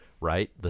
right